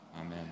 Amen